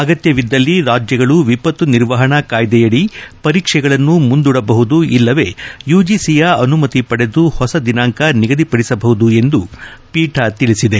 ಅಗತ್ಯವಿದ್ದಲ್ಲಿ ರಾಜ್ಯಗಳು ವಿಪತ್ತು ನಿರ್ವಹಣಾ ಕಾಯ್ದೆಯಡಿ ಪರೀಕ್ಷೆಗಳನ್ನು ಮುಂದೂಡಬಹುದು ಇಲ್ಲವೆ ಯುಜಿಸಿಯ ಅನುಮತಿ ಪಡೆದು ಹೊಸ ದಿನಾಂಕ ನಿಗದಿಪಡಿಸಿಬಹುದು ಎಂದು ಪೀಠ ತಿಳಿಸಿದೆ